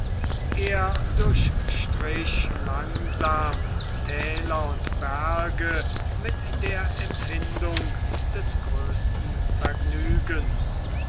er durchstrich langsam täler und berge mit der empfindung des größten vergnügens